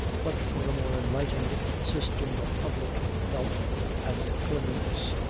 but for a more enlightened system of public health and cleanliness,